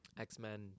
X-Men